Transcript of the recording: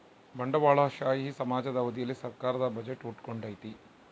ಬಂಡವಾಳಶಾಹಿ ಸಮಾಜದ ಅವಧಿಯಲ್ಲಿ ಸರ್ಕಾರದ ಬಜೆಟ್ ಹುಟ್ಟಿಕೊಂಡೈತೆ